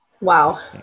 Wow